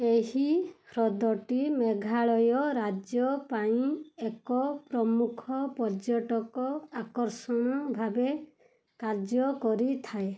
ଏହି ହ୍ରଦଟି ମେଘାଳୟ ରାଜ୍ୟ ପାଇଁ ଏକ ପ୍ରମୁଖ ପର୍ଯ୍ୟଟକ ଆକର୍ଷଣ ଭାବେ କାର୍ଯ୍ୟ କରିଥାଏ